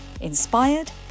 inspired